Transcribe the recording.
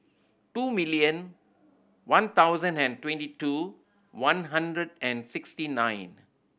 two million one thousand and twenty two one hundred and sixty nine